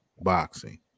boxing